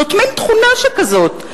זאת מין תכונה שכזאת,